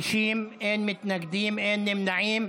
בעד, 50, אין מתנגדים, אין נמנעים.